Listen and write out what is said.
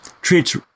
treats